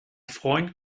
freund